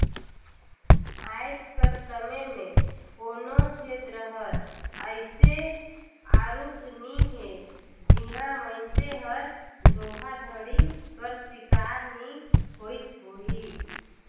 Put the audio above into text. आएज कर समे में कोनो छेत्र हर अइसे आरूग नी हे जिहां मइनसे हर धोखाघड़ी कर सिकार नी होइस होही